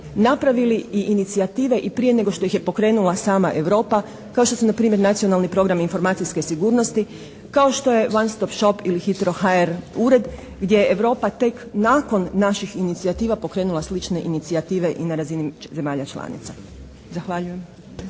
napravili i inicijative i prije nego što ih je pokrenula sama Europa, kao što su npr. Nacionalni program informacijske sigurnost, kao što je "one stop shop" ili "Hitro.hr" ured gdje Europa tek nakon naših inicijativa pokrenula slične inicijative i na razini zemalja članica. Zahvaljujem.